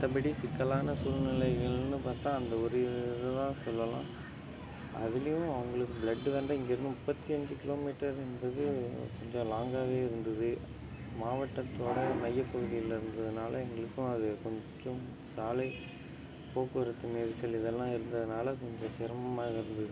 மற்றபடி சிக்கலான சூழ்நிலைகள்னு பார்த்தா அந்த ஒரு இது தான் சொல்லலாம் அதிலையும் அவங்களுக்கு பிளட் வந்து இங்கேருந்து முப்பத்தி அஞ்சு கிலோமீட்டர் என்பது கொஞ்சம் லாங்காவே இருந்தது மாவட்டத்தோட மைய பகுதியில இருந்ததனால எங்களுக்கும் அது கொஞ்சம் சாலை போக்குவரத்து நெரிசல் இதெல்லாம் இருந்ததனால கொஞ்சம் சிரமமாக இருந்தது